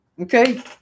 okay